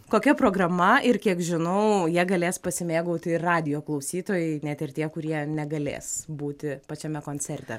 kokia programa ir kiek žinau ja galės pasimėgauti ir radijo klausytojai net ir tie kurie negalės būti pačiame koncerte